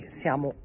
siamo